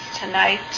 tonight